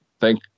Thank